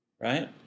right